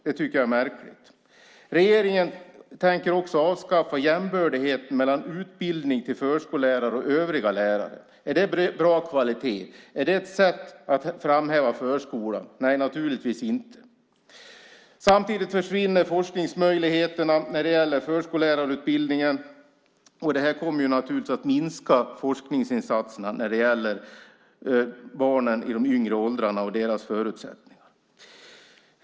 Det tycker jag är märkligt. Regeringen tänker också avskaffa jämbördigheten mellan utbildning till förskollärare och övriga lärare. Är det bra kvalitet? Är det ett sätt att framhäva förskolan? Naturligtvis inte. Samtidigt försvinner forskningsmöjligheterna när det gäller förskollärarutbildningen. Det kommer naturligtvis att minska forskningsinsatserna när det gäller barnen i de yngre åldrarna och deras förutsättningar.